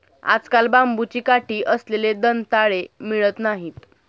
आजकाल बांबूची काठी असलेले दंताळे मिळत नाहीत